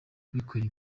bikorera